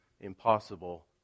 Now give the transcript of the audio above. impossible